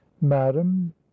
madam